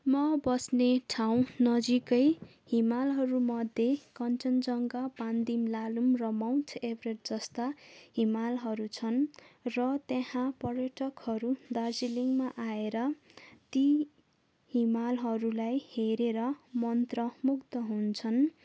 म बस्ने ठाउँ नजिकै हिमालहरूमध्ये कञ्चनजङ्घा पानदिम लालुम र माउन्ट एभरेस्ट जस्ता हिमालहरू छन् र त्यहाँ पर्यटकहरू दार्जिलिङमा आएर ती हिमालहरूलाई हेरेर मन्त्रमुग्ध हुन्छन्